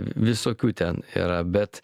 visokių ten yra bet